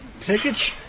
tickets